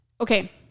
okay